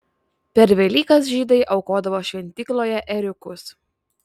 per velykas žydai aukodavo šventykloje ėriukus